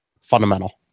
fundamental